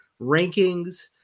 rankings